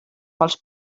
pels